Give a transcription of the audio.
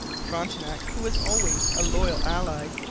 frontenac, who was always a loyal ally,